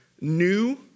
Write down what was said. new